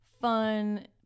fun